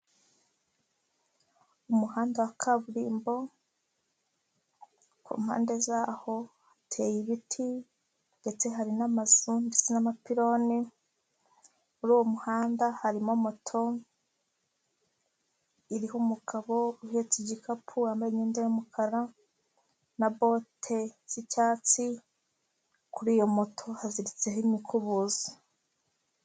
Umuhanda wa kaburimbo ku mpande zaho hateye ibiti ndetse hari n'amazu ndetse n'amapironi, muri uwo muhanda harimo moto umugabo uhetse igikapu wambaye imyenda y'umukara na bote z'icyatsi, kuri iyo moto haziritseho imikubuzo.